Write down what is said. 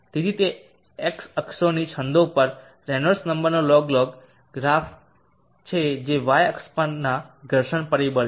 તેથી તે એક્સ અક્ષોની છંદો પર રેનોલ્ડ્સ નંબરનો લોગલોગ ગ્રાફ છે જે વાય અક્ષ પરના ઘર્ષણ પરિબળ છે